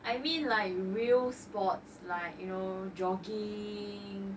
I mean like real sports like you know jogging